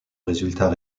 résultat